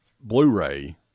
Blu-ray